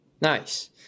Nice